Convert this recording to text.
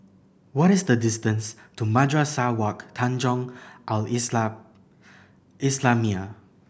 what is the distance to Madrasah Wak Tanjong Al islamiah